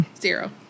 Zero